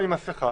עם מסכה.